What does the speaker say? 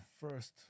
First